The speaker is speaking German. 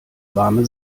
warme